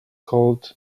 called